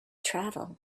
travel